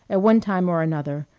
at one time or another,